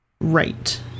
Right